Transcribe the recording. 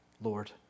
Lord